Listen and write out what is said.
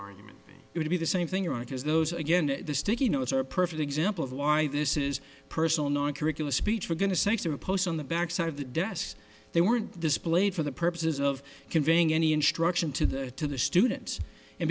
argument going to be the same thing or it is those again the sticky notes are a perfect example of why this is personal not curricula speech we're going to censor posts on the backside of the desks they weren't displayed for the purposes of conveying any instruction to the to the students and